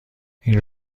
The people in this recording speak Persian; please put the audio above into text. این